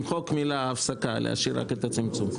למחוק את המילה הפסקה להשאיר רק את הצמצום.